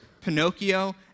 Pinocchio